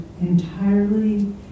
entirely